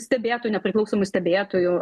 stebėtų nepriklausomų stebėtojų